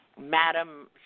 Madam